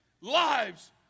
lives